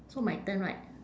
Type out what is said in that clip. so my turn right